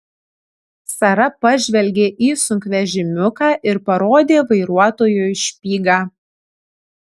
sara pažvelgė į sunkvežimiuką ir parodė vairuotojui špygą